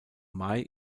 may